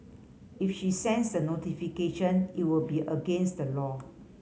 if she sends the notification it would be against the law